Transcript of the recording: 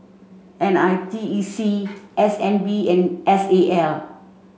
N I T E C S N B and S A L